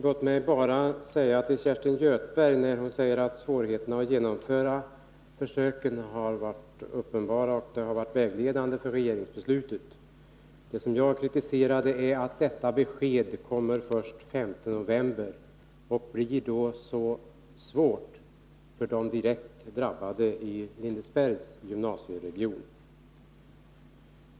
Herr talman! Kerstin Göthberg säger att svårigheterna att genomföra försöken har varit uppenbara och att de har varit vägledande för regeringens beslut. Men det som jag kritiserar är att beskedet kommer först den 5 november. Därmed blir det mycket svårt för de direkt drabbade i Lindesbergs gymnasieregion.